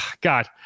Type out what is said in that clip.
God